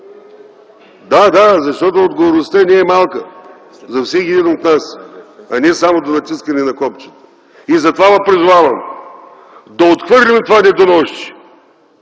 Да, да, защото отговорността не е малка за всеки един от нас! Въпросът не е само до натискането на копчета. Затова ви призовавам да отхвърлим това недоносче.